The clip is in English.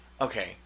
Okay